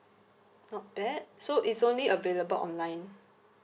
not bad so it's only available online